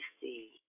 see